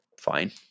fine